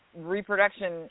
reproduction